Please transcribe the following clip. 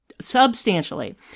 Substantially